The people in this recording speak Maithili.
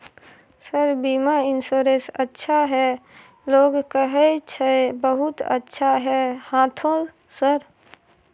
सर बीमा इन्सुरेंस अच्छा है लोग कहै छै बहुत अच्छा है हाँथो सर?